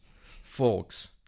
Folks